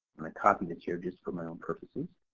and i copied this here just for my own purposes.